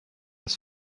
des